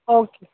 okay